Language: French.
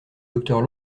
docteur